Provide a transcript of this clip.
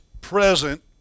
present